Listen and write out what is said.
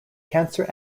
cancer